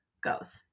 goes